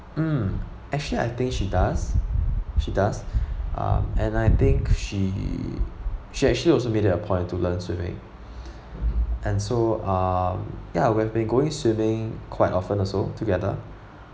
mm actually I think she does she does um and I think she she actually also made it a point to learn swimming and so um ya we've been going swimming quite often also together